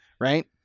right